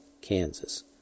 Kansas